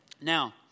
Now